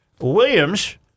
Williams